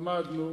למדנו.